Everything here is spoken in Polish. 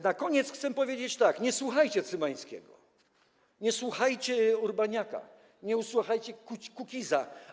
Na koniec chcę powiedzieć tak: nie słuchajcie Cymańskiego, nie słuchajcie Urbaniaka, nie słuchajcie Kukiza.